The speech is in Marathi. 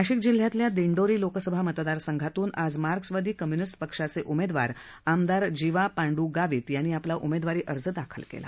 नाशिक जिल्ह्यातल्या दिंडोरी लोकसभा मतदार संघातून आज मार्क्सवादी कम्य्निस्ट पक्षाचे उमेदवार आमदार जीवा पांड् गावित यांनी आपला उमेदवारी अर्ज दाखल केला